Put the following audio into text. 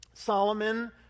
Solomon